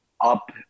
up